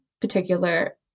particular